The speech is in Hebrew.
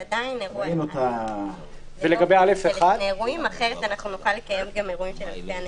זה עדיין אירוע אחד כי אחרת נוכל לקיים גם אירועים של אלפי אנשים.